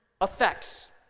effects